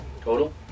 Total